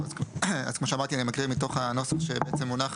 כמו שאמרתי, אני מקריא מתוך הנוסח שאושר